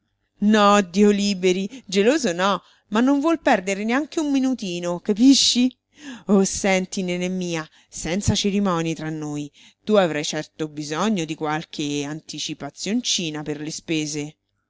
a casa geloso no dio liberi geloso no ma non vuol perdere neanche un minutino capisci oh senti nené mia senza cerimonie tra noi tu avrai certo bisogno di qualche anticipazioncina per le spese